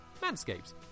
Manscaped